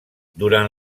durant